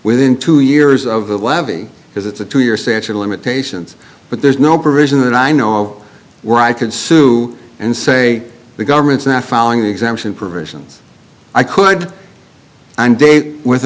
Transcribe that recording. within two years of the levy because it's a two year statute of limitations but there's no provision that i know of where i can sue and say the government's not following the example in provisions i could and date with